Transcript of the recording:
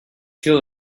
kill